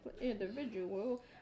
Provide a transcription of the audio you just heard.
individual